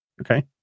Okay